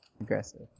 aggressive